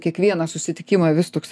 kiekvieną susitikimą vis toksai